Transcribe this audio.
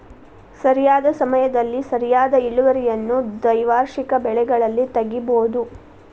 ಸರಿಯಾದ ಸಮಯದಲ್ಲಿ ಸರಿಯಾದ ಇಳುವರಿಯನ್ನು ದ್ವೈವಾರ್ಷಿಕ ಬೆಳೆಗಳಲ್ಲಿ ತಗಿಬಹುದು